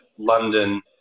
london